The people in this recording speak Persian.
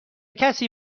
کسی